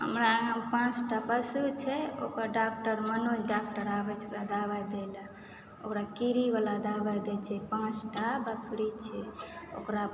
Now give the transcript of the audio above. हमरा आगनामे पाॅंचटा पशु छै ओकर डाक्टर मनोज डाक्टर आबै छै दबाइ दै लए ओकरा कीड़ी बला दबाइ दै छै पाँचटा बकरी छै ओकरा